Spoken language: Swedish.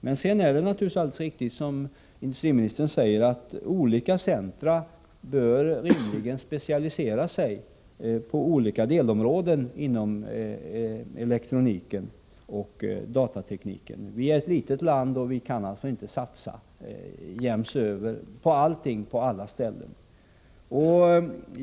Men det är alldeles riktigt, som industriministern säger, att olika centra rimligen bör specialisera sig på olika delområden inom elektroniken och datatekniken. Sverige är ett litet land, och vi kan inte satsa på allt på alla ställen.